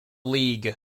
league